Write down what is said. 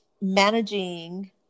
managing